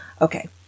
Okay